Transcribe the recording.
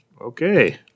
Okay